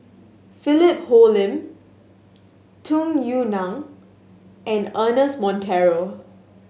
Philip Hoalim Tung Yue Nang and Ernest Monteiro